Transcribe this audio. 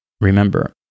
Remember